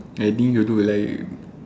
I think you do like